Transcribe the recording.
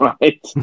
Right